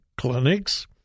clinics